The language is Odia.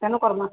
କେବେ କର୍ମା